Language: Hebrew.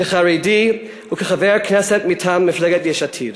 כחרדי וכחבר כנסת מטעם מפלגת יש עתיד.